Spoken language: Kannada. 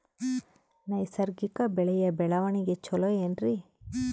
ನೈಸರ್ಗಿಕ ಬೆಳೆಯ ಬೆಳವಣಿಗೆ ಚೊಲೊ ಏನ್ರಿ?